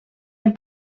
amb